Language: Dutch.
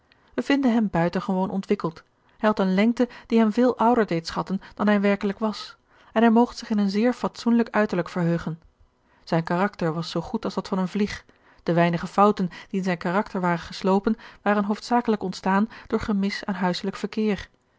vinden hem buitengewoon ontwikkeld hij had eene lengte die hem veel ouder deed schatten dan hij werkelijk was en hij mogt zich in een zeer fatsoenlijk uiterlijk verheugen zijn karakter was zoo goed als dat van een vlieg de weinige fouten die in zijn karakter waren geslopen waren hoofdzakelijk ontstaan door gemis aan huiselijk verkeer